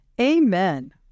amen